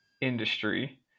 industry